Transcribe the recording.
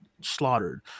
slaughtered